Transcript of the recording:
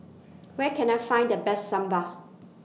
Where Can I Find The Best Sambal